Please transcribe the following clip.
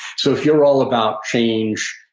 so if you're all about change,